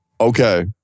Okay